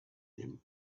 them